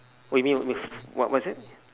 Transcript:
what you mean you what was that